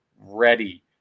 ready